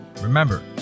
Remember